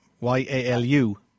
Y-A-L-U